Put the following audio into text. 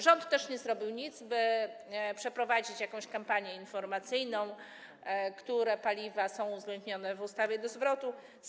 Rząd też nie zrobił nic, by przeprowadzić jakąś kampanię informacyjną, które paliwa są uwzględnione w ustawie, jeżeli chodzi o zwrot.